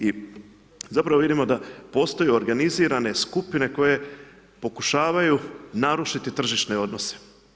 I zapravo vidimo da postoji organizirane skupine koje pokušavaju narušiti tržišne odnose.